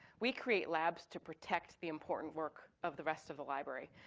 we create labs to protect the important work of the rest of the library,